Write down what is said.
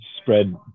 spread